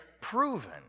Proven